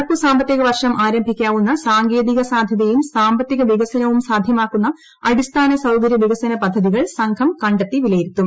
നടപ്പു സാമ്പത്തിക വർഷം ആരംഭിക്കാവുന്ന സാങ്കേതിക സാധ്യതയും സാമ്പത്തിക വികസനവും സാധ്യമാകുന്ന അടിസ്ഥാന സൌകര്യ വികസന പദ്ധതികൾ സംഘം ക െ ത്തി വിലയിരുത്തും